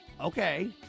Okay